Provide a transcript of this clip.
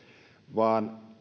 vaan